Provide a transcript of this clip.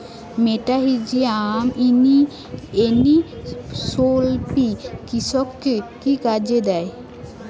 মেটাহিজিয়াম anisopliae কৃষিতে কি কাজে দেয়?